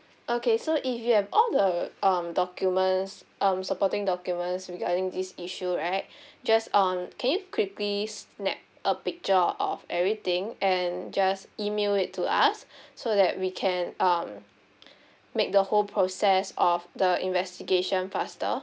okay so if you have all the um documents um supporting documents regarding this issue right just um can you quickly snap a picture of everything and just email it to us so that we can um make the whole process of the investigation faster